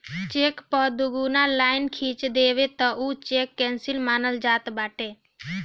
check पअ दुगो line खिंच देबअ तअ उ चेक केंसल मानल जात बाटे